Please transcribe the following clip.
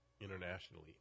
internationally